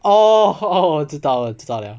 orh 我知道了我知道了